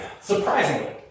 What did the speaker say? surprisingly